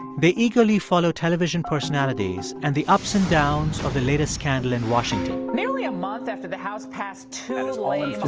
they eagerly follow television personalities and the ups and downs of the latest scandal in washington nearly a month after the house passed two. like ah